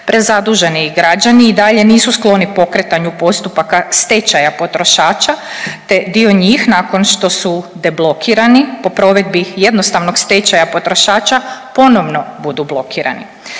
Prezaduženi građani i dalje nisu skloni pokretanju postupaka stečaja potrošača, te dio njih nakon što su deblokirani po provedbi jednostavnog stečaja potrošača ponovno budu blokirani.